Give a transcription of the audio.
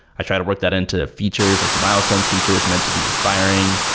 i try to work that into features, like the milestone's feature is meant to be inspiring.